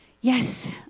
yes